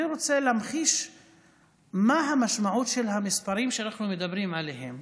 אני רוצה להמחיש מה המשמעות של המספרים שאנחנו מדברים עליהם.